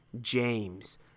James